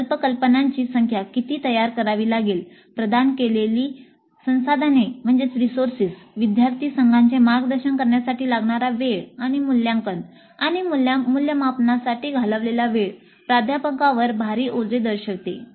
प्रकल्प कल्पनांची संख्या किती तयार करावी लागेल प्रदान केलेली संसाधने विद्यार्थी संघांचे मार्गदर्शन करण्यासाठी लागणारा वेळ आणि मूल्यांकन आणि मूल्यमापनासाठी घालवलेला वेळ प्राध्यापकांवर भारी ओझे दर्शवते